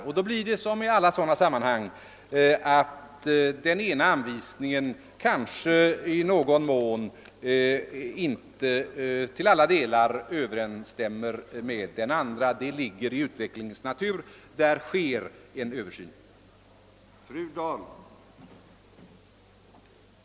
Det blir då såsom i liknande sammanhang lätt så, att den ena anvisningen inte till alla delar korresponderar med den andra. Detta ligger i utvecklingens natur, men en översyn är på gång.